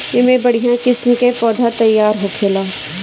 एमे बढ़िया किस्म के पौधा तईयार होखेला